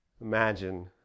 Imagine